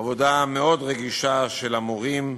עבודה מאוד רגישה של המורים,